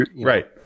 Right